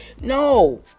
No